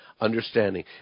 understanding